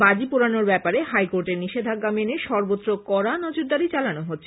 বাজি পোড়ানোর ব্যাপারে হাইকোর্টের নিষেধাজ্ঞা মেনে সর্বত্র কড়া নজরদারী চালানো হচ্ছে